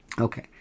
Okay